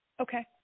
Okay